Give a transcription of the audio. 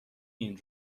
این